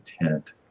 intent